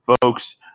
Folks